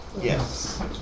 Yes